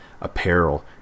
apparel